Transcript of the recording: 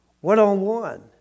one-on-one